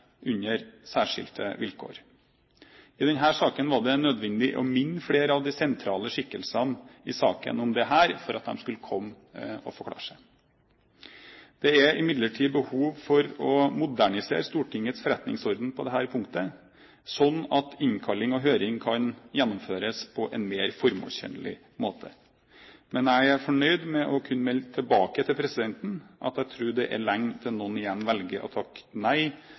under særskilte vilkår. I denne saken var det nødvendig å minne flere av de sentrale skikkelsene i saken om det for at de skulle komme og forklare seg. Det er imidlertid behov for å modernisere Stortingets forretningsorden på dette punktet, slik at innkalling og høring kan gjennomføres på en mer formålstjenlig måte. Men jeg er fornøyd med å kunne melde tilbake til presidenten at jeg tror det er lenge til noen igjen velger å takke nei